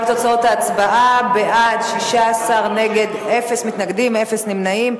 תוצאות ההצבעה: בעד, 16, אפס מתנגדים, אפס נמנעים.